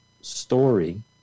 story